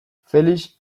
felix